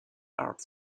art